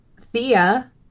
Thea